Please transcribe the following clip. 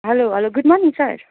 hello hello good morning sir